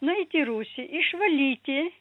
nueiti į rūsį išvalyti